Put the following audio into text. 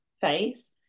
face